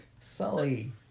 Sully